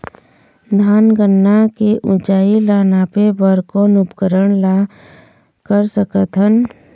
धान गन्ना के ऊंचाई ला नापे बर कोन उपकरण ला कर सकथन?